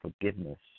forgiveness